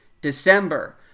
december